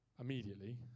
immediately